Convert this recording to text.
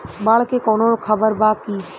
बाढ़ के कवनों खबर बा की?